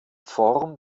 form